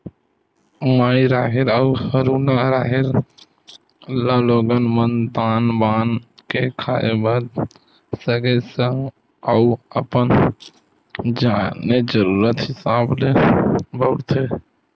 माई राहेर अउ हरूना राहेर ल लोगन मन दार बना के खाय बर सगे संग अउ अपन आने जरुरत हिसाब ले बउरथे